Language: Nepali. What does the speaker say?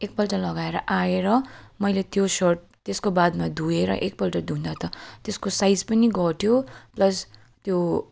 एकपल्ट लगाएर आएर मैले त्यो सर्ट त्यसको बादमा धोएर एकपल्ट धुँदा त त्यसको साइज पनि घट्यो प्लस त्यो